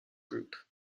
group